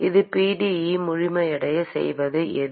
ஒரு pde முழுமையடையச் செய்வது எது